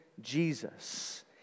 Jesus